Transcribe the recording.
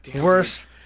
worse